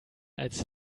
als